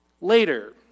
later